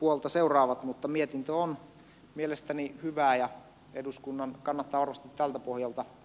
puolta seuraavat mutta mietintö on mielestäni hyvä ja eduskunnan kannattaa varmasti tältä pohjalta